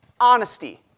honesty